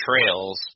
trails